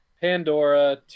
Pandora